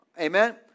Amen